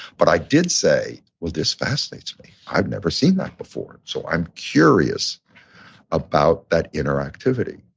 but i did say, well, this fascinates me. i've never seen that before. so i'm curious about that interactivity.